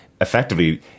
effectively